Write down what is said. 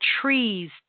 trees